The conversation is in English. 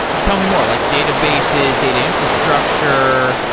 tell me more, like databases, data infrastructure.